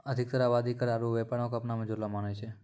अधिकतर आवादी कर आरु व्यापारो क अपना मे जुड़लो मानै छै